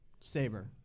saber